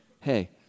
hey